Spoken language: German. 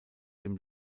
dem